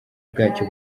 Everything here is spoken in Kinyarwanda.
bwacyo